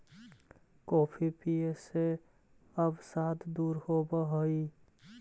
coffee पीये से अवसाद दूर होब हई